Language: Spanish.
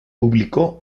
publicó